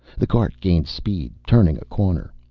the cart gained speed, turning a corner.